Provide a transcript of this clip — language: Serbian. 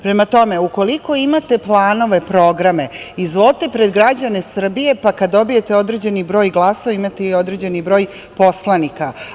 Prema tome, ukoliko imate planove, programe, izvolite pred građane Srbije, pa kada dobijete određeni broj glasova, imate i određeni broj poslanika.